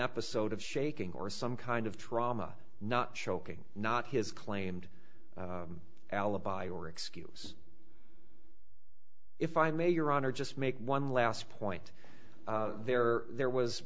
episode of shaking or some kind of trauma not choking not his claimed alibi or excuse if i may your honor just make one last point there there was